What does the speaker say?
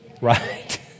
Right